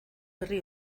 herri